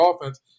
offense